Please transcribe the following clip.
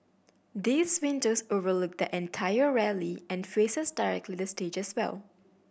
these windows overlook the entire rally and faces directly the stage as well